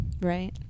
right